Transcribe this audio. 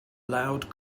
loud